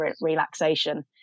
relaxation